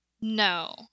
No